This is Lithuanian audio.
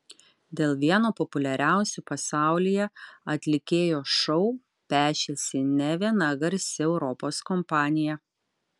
dėl vieno populiariausių pasaulyje atlikėjo šou pešėsi ne viena garsi europos kompanija